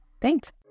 Thanks